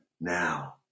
now